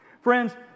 Friends